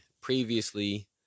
previously